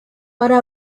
para